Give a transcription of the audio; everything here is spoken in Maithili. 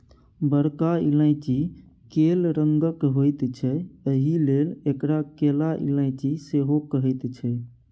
बरका इलायची कैल रंगक होइत छै एहिलेल एकरा कैला इलायची सेहो कहैत छैक